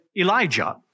Elijah